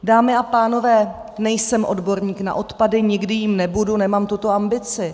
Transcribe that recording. Dámy a pánové, nejsem odborník na odpady, nikdy jím nebudu, nemám tuto ambici.